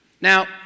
Now